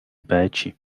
péči